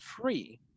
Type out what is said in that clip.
free